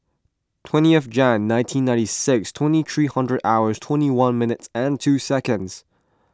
twentieth Jan nineteen ninety six twenty three hundred hours twenty one minutes and two seconds